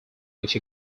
which